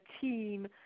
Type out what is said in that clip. team